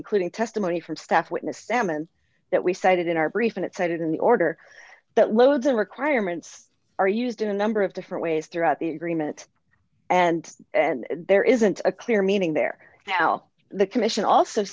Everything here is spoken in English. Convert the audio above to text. including testimony from staff witness salmon that we cited in our brief and it cited in the order that loads and requirements are used in a number of different ways throughout the agreement and and there isn't a clear meaning there now the commission also